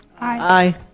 Aye